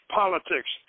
politics